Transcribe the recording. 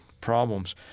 problems